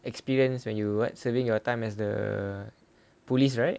experience when you what serving your time as the police right